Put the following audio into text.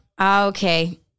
Okay